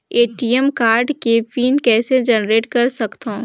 ATM card के PIN कइसे generate कर सकथव?